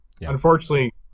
Unfortunately